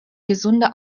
gesunde